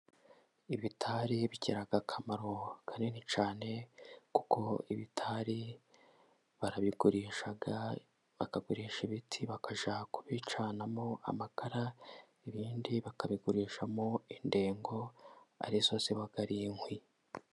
Ibitari bigira akamaro kanini cyane, kuko ibitari barabigurisha bakagurisha ibiti, bakajya kubicanamo amakara, ibindi bakabigurishamo indengo ari zo ziba ari inkwi.